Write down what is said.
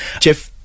Jeff